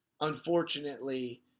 unfortunately